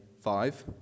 five